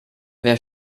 wer